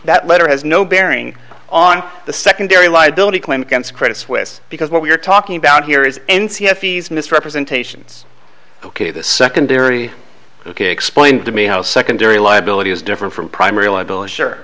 that letter has no bearing on the secondary liability claim against credit suisse because what we're talking about here is n c effie's misrepresentations ok the secondary ok explain to me how secondary liability is different from primary liability